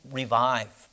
revive